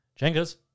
Jenga's